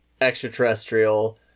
extraterrestrial